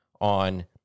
on